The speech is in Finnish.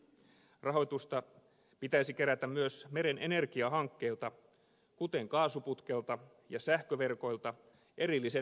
rahoitusta pitäisi kerätä myös meren energiahankkeilta kuten kaasuputkelta ja sähköverkoilta erillisen ympäristöveron muodossa